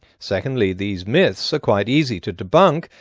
secondly, these myths are quite easy to debunk,